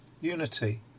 unity